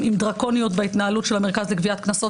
עם דרקוניות בהתנהלות של המרכז לגביית קנסות,